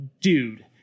dude